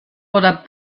oder